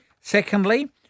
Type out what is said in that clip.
Secondly